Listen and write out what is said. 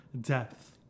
depth